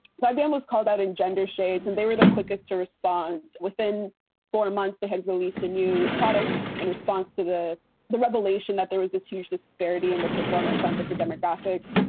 so ibm was called out in gender shades and they were the quickest to respond within four months. they had released a new product in response to the the revelation that there was this huge disparity in their performance on different demographics.